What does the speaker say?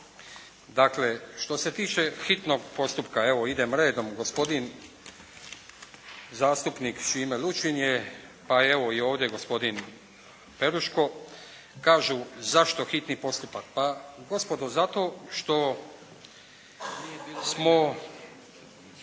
Dakle što se tiče hitnog postupka, evo idem redom, gospodin zastupnik Šime Lučin je, a evo ovdje i gospodin Peruško, kažu zašto hitni postupak. Pa gospodo zato što imamo